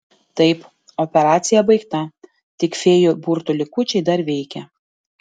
taip operacija baigta tik fėjų burtų likučiai dar veikia